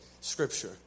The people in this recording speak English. Scripture